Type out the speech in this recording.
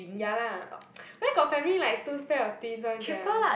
ya lah o~ where got family like two pair of twins one sia